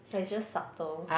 like it's just subtle